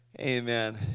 Amen